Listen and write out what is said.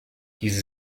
diese